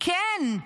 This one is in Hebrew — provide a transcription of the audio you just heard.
כן.